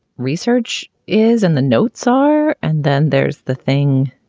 research is and the notes are. and then there's the thing.